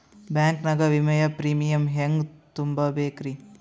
Bank ನಾಗ ವಿಮೆಯ premium ಹೆಂಗ್ ತುಂಬಾ ಬೇಕ್ರಿ?